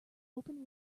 open